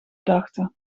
dachten